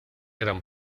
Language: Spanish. eran